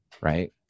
Right